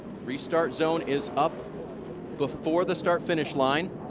restart zone is up before the start-finish line.